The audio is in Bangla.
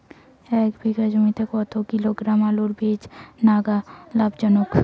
এক বিঘা জমিতে কতো কিলোগ্রাম আলুর বীজ লাগা লাভজনক?